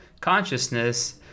consciousness